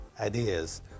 ideas